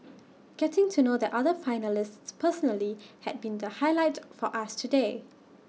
getting to know the other finalists personally has been the highlight for us today